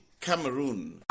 Cameroon